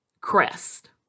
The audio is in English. crest